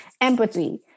empathy